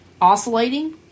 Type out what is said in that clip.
oscillating